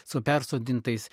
su persodintais